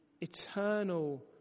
eternal